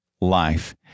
life